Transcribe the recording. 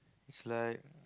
is like